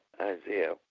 Isaiah